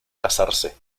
casarse